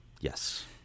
Yes